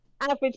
average